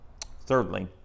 Thirdly